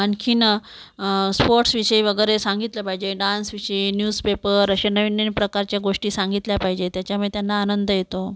आणखीन स्पोर्ट्सविषयी वगैरे सांगितलं पाहिजे डान्सविषयी न्यूजपेपर असे नवनवीन प्रकारच्या गोष्टी सांगितल्या पाहिजेत त्यामुळे त्यांना आनंद येतो